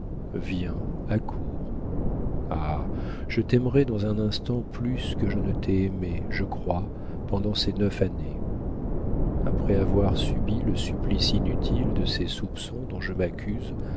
viens accours ah je t'aimerai dans un instant plus que je ne t'ai aimé je crois pendant ces neuf années après avoir subi le supplice inutile de ces soupçons dont je m'accuse